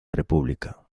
república